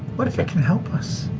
what if it can help us?